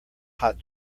hot